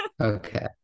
Okay